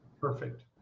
Perfect